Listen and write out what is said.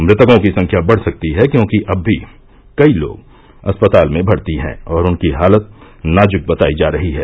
मृतकों की संख्या बढ़ सकती है क्योंकि अब भी कई लोग अस्पताल में मर्ती हैं और उनकी हालत नाजुक बताई जा रही है